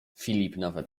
filip